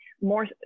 more